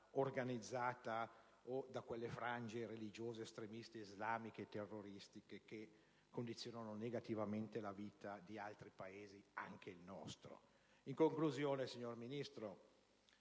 organizzata o da quelle frange religiose estremiste di terroristi islamici che condizionano negativamente la vita di altri Paesi, compreso il nostro. In conclusione, signor Ministro,